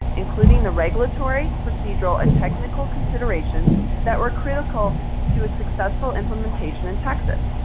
including the regulatory, procedural, and technical considerations that were critical to a successful implementation in texas.